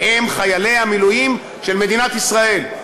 הם חיילי המילואים של מדינת ישראל,